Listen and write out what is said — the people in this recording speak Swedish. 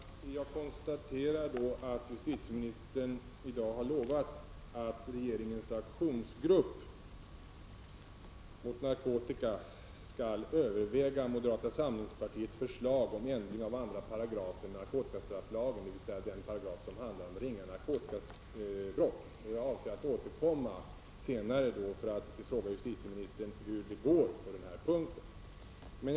Fru talman! Jag konstaterar att justitieministern i dag har lovat att regeringens aktionsgrupp mot narkotika skall överväga moderata samlingspartiets förslag om ändring av 2§ i narkotikastrafflagen, dvs. den paragraf som handlar om ringa narkotikabrott. Jag avser att återkomma senare för att fråga justitieministern hur det går på den punkten.